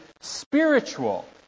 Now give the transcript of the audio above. spiritual